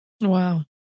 Wow